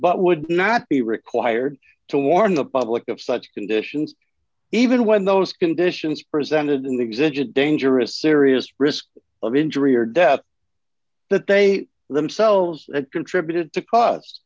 but would not be required to warn the public of such conditions even when those conditions presented in the exemption dangerous serious risk of injury or death that they themselves had contributed to cause